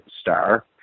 star